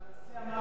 סליחה,